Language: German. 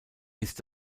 ist